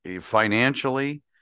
financially